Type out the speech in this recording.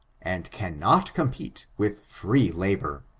and cannot compete with free labor.